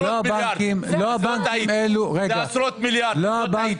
זה עשרות מיליארדים, לא טעיתי.